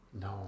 No